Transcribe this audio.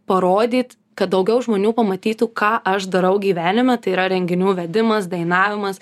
parodyt kad daugiau žmonių pamatytų ką aš darau gyvenime tai yra renginių vedimas dainavimas